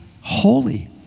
holy